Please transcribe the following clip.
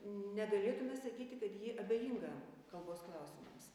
negalėtume sakyti kad ji abejinga kalbos klausimams